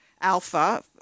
Alpha